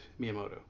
miyamoto